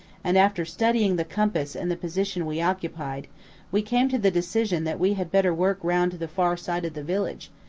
and after studying the compass and the position we occupied we came to the decision that we had better work round to the far side of the village,